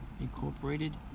Incorporated